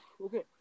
Okay